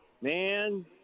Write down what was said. man